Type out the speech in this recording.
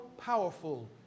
powerful